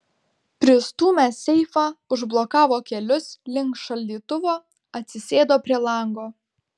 pristūmęs seifą užblokavo kelius link šaldytuvo atsisėdo prie lango